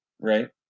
right